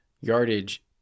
yardage